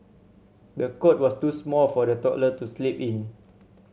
the cot was too small for the toddler to sleep in